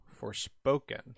Forspoken